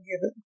given